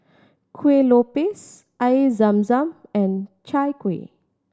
Kueh Lopes Air Zam Zam and Chai Kueh